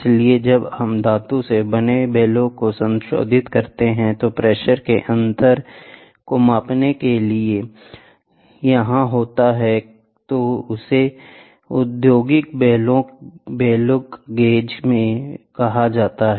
इसलिए जब हम धातु से बने बेलो को संशोधित करते हैं जो प्रेशर के अंतर को को मापने के लिए यहां होता है तो इसे औद्योगिक बेलो गेज भी कहा जाता है